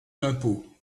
l’impôt